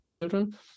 children